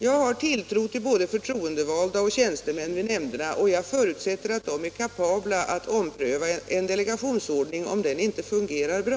Jag har tilltro till både förtroendevalda och tjänstemän vid nämnderna och jag förutsätter att de är kapabla att ompröva en delegationsordning om den inte fungerar bra.